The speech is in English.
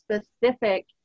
specific